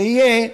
זה יהיה